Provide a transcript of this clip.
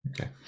Okay